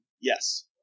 yes